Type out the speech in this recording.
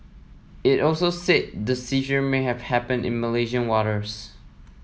it also said the seizure may have happened in Malaysian waters